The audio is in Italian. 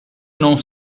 non